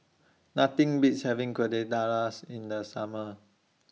Nothing Beats having Quesadillas in The Summer